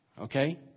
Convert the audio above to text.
Okay